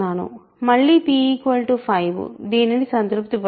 మళ్ళీ p 5 దీనిని సంతృప్తిపరుస్తుంది